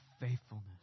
faithfulness